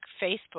Facebook